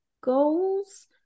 goals